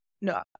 no